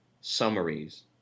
summaries